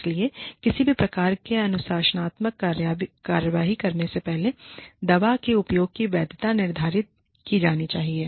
इसलिए किसी भी प्रकार की अनुशासनात्मक कार्रवाई करने से पहले दवा के उपयोग की वैधता निर्धारित की जानी चाहिए